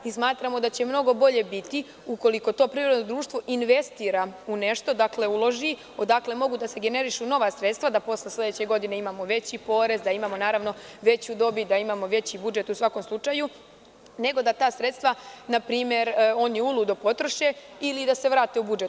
Smatramo da će mnogo bolje biti ukoliko to privredno društvo investira u nešto, dakle uloži, odakle mogu da se generišu nova sredstva, da posle sledeće godine imamo veći porez, imamo naravno veću dobit, imamo veći budžet, u svakom slučaju, nego da sredstva npr. oni uludo potroše, ili da se vrate u budžet.